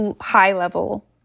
high-level